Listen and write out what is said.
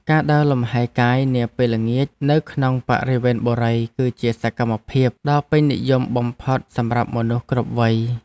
ការដើរលំហែកាយនាពេលល្ងាចនៅក្នុងបរិវេណបុរីគឺជាសកម្មភាពដ៏ពេញនិយមបំផុតសម្រាប់មនុស្សគ្រប់វ័យ។